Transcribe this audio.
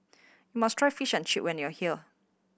you must try Fish and Chip when you are here